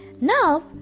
now